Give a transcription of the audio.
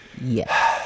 yes